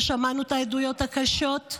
ושמענו את העדויות הקשות.